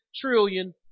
trillion